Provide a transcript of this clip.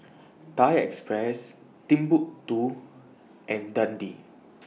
Thai Express Timbuk two and Dundee